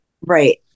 Right